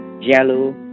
yellow